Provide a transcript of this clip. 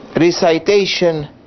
recitation